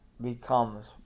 becomes